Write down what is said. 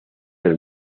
del